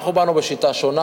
אנחנו באנו בשיטה שונה,